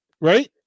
right